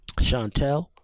Chantel